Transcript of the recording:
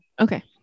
okay